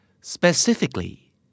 Specifically